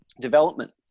development